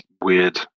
weird